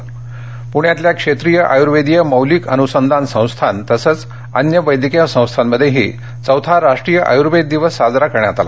पूण्यातल्या क्षेत्रिय आयूर्वेदीय मोलिक अनुसंधान संस्थान तसंच अन्य वैद्यकीय संस्थांमध्येही चौथा राष्ट्रीय आयुर्वेद दिवस साजरा करण्यात आला